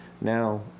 Now